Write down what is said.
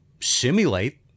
Simulate